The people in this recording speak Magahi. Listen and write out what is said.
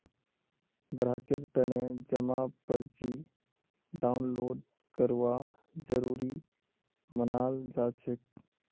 ग्राहकेर तने जमा पर्ची डाउनलोड करवा जरूरी मनाल जाछेक